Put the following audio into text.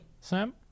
Sam